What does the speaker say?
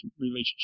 relationship